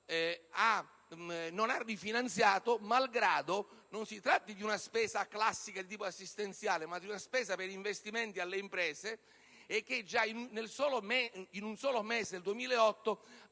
non ha rifinanziato, malgrado non si tratti di una spesa classica di tipo assistenziale, bensì di una spesa per investimenti alle imprese, e che in un solo mese del 2008 ha